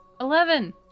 Eleven